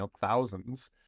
thousands